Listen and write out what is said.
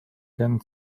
get